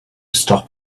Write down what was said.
stop